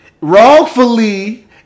wrongfully